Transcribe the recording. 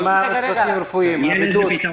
מה עם הצוותים הרפואיים מהבידוד?